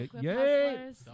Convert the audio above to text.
Yay